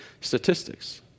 statistics